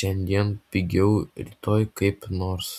šiandien pigiau rytoj kaip nors